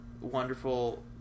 wonderful